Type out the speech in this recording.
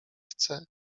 chce